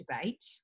debate